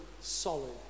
solid